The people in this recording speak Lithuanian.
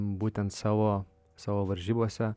būtent savo savo varžybose